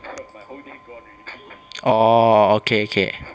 oh okay okay